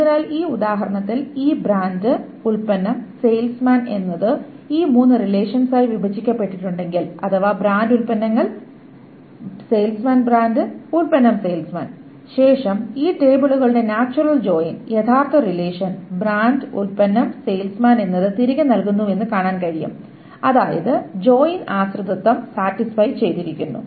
അതിനാൽ ഈ ഉദാഹരണത്തിൽ ഈ ബ്രാൻഡ് ഉൽപ്പന്നം സെയിൽസ്മാൻ എന്നത് ഈ മൂന്ന് റിലേഷൻസായി വിഭജിക്കപ്പെട്ടിട്ടുണ്ടെങ്കിൽ അഥവാ ബ്രാൻഡ് ഉൽപ്പന്നങ്ങൾ സെയിൽസ്മാൻ ബ്രാൻഡ് ഉൽപ്പന്നം സെയിൽസ്മാൻ ശേഷം ഈ ടേബിളുകളുടെ നാച്ചുറൽ ജോയിൻ യഥാർത്ഥ റിലേഷൻ ബ്രാൻഡ് ഉൽപ്പന്നം സെയിൽസ്മാൻ എന്നത് തിരികെ നൽകുന്നുവെന്ന് കാണാൻ കഴിയും അതായത് ജോയിൻ ആശ്രിതത്വം സാറ്റിസ്ഫൈ ചെയ്തിരിക്കുന്നു